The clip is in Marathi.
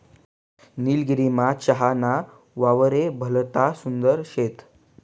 निलगिरीमा चहा ना वावरे भलता सुंदर शेत